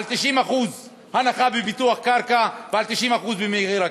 על 90% הנחה בפיתוח קרקע ועל 90% במחיר הקרקע.